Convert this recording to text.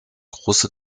große